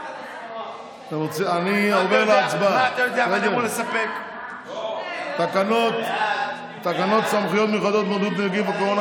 אני עובר להצבעה על תקנות סמכויות מיוחדות להתמודדות עם נגיף הקורונה